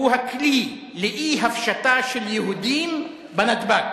הכלי לאי-הפשטה של יהודים בנתב"ג.